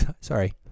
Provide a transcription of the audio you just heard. sorry